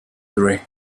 three